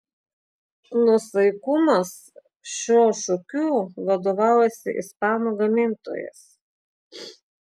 nuosaikumas šiuo šūkiu vadovaujasi ispanų gamintojas